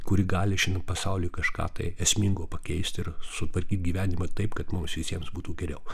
kuri gali šiandien pasauliui kažką tai esmingai pakeist ir sutvarkyt gyvenimą taip kad mums visiems būtų geriau